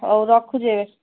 ହଉ ରଖୁଛି ଆଜ୍ଞା